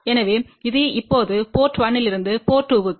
எனவே இது இப்போது போர்ட் 1 இலிருந்து போர்ட் 2 க்கு